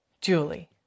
Julie